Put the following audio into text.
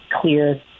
clear